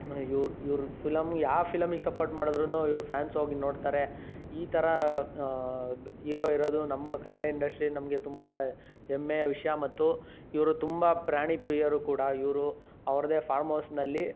ಇವರು ಇವರು ಫಿಲಂ ಯಾವ್ ಫಿಲಮಿಗೆ ಸಪೋರ್ಟ್ ಮಾಡಿದ್ರೂನು ಇವರು ಫ್ಯಾನ್ಸ್ ಹೋಗಿ ನೋಡುತ್ತಾರೆ ಈ ಥರ ಈರೋ ಇರೋದು ನಮ್ಮ ಕನ್ನಡ ಇಂಡಶ್ಟ್ರಿ ನಮಗೆ ತುಂಬ ಹೆಮ್ಮೆಯ ವಿಷಯ ಮತ್ತು ಇವರು ತುಂಬ ಪ್ರಾಣಿ ಪ್ರಿಯರು ಕೂಡ ಇವರು ಅವರದ್ದೇ ಫಾರ್ಮ್ಔಸ್ನಲ್ಲಿ